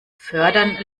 fördern